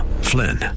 Flynn